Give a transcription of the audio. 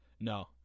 no